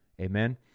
Amen